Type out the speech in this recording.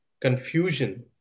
confusion